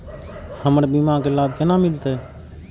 हमर बीमा के लाभ केना मिलते?